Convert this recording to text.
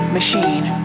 Machine